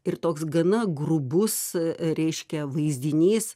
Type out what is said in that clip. ir toks gana grubus ryškia vaizdinys